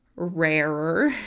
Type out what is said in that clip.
rarer